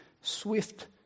swift